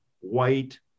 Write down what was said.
white